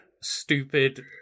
stupid